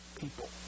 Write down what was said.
people